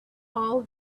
all